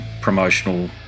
promotional